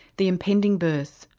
the impending birth,